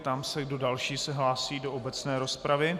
Ptám se, kdo další se hlásí do obecné rozpravy.